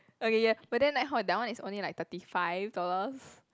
okay ya but then like hor that one is only like thirty five dollars